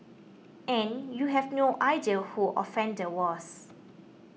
and you have no idea who offender was